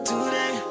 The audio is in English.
Today